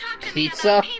Pizza